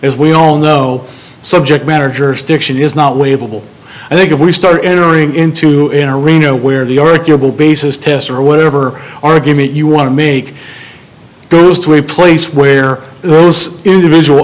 as we all know subject matter jersey stiction is not label i think if we start entering into in arena where the arguable basis test or whatever argument you want to make goes to a place where individual